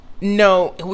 No